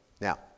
Now